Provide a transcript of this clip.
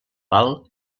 pal